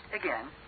again